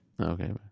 Okay